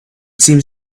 seemed